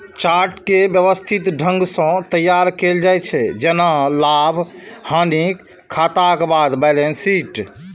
chart कें व्यवस्थित ढंग सं तैयार कैल जाइ छै, जेना लाभ, हानिक खाताक बाद बैलेंस शीट